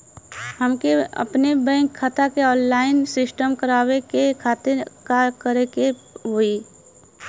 हमके अपने बैंक खाता के ऑनलाइन सिस्टम करवावे के खातिर का करे के होई?